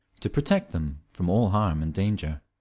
to protect them from all harm and danger.